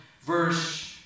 Verse